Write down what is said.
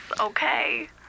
okay